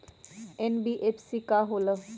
NBFC का होलहु?